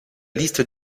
liste